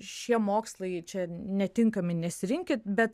šie mokslai čia netinkami nesirinkit bet